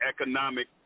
economic